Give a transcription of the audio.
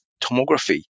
tomography